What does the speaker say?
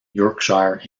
yorkshire